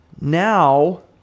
Now